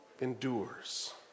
endures